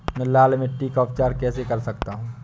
मैं लाल मिट्टी का उपचार कैसे कर सकता हूँ?